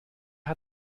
hat